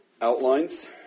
outlines